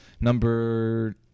number